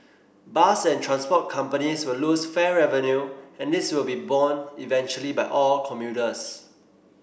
bus and transport companies will lose fare revenue and this will be borne eventually by all commuters